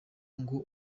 ngo